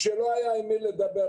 כשלא היה עם מי לדבר,